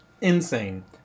Insane